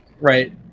right